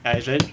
ya it's very